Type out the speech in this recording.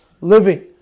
living